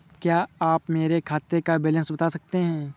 क्या आप मेरे खाते का बैलेंस बता सकते हैं?